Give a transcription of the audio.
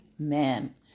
Amen